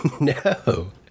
No